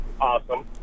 awesome